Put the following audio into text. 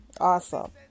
awesome